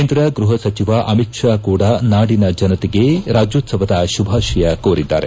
ಕೇಂದ್ರ ಗ್ಬಹ ಸಚಿವ ಅಮಿತ್ ಶಾ ಕೂಡ ನಾಡಿನ ಜನತೆಗೆ ರಾಜ್ಣೋತ್ಸವದ ಶುಭಾಶಯ ಕೋರಿದ್ದಾರೆ